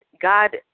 God